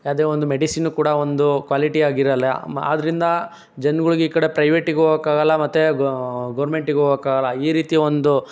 ಯಾವುದೇ ಒಂದು ಮೆಡಿಸಿನು ಕೂಡ ಒಂದು ಕ್ವಾಲಿಟಿ ಆಗಿರಲ್ಲ ಆದ್ದರಿಂದ ಜನಗಳಿಗೆ ಈ ಕಡೆ ಪ್ರೈವೆಟಿಗೆ ಹೋಗೋಕೆ ಆಗಲ್ಲ ಮತ್ತೆ ಗೌರ್ಮೆಂಟಿಗೆ ಹೋಗೋಕೆ ಆಗಲ್ಲ ಈ ರೀತಿಯ ಒಂದು